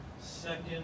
Second